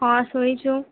ହଁ ଶୁଇଛୁଁ